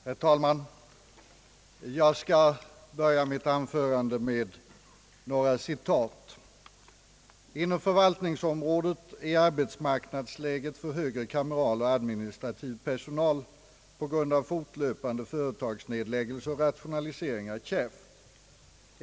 Herr talman! Jag skall börja mitt anförande med några citat. »Inom förvaltningsområdet är arbetsmarknadsläget för högre kameral och administrativ personal på grund av fortlöpande företagsnedläggelser och rationaliseringar kärvt.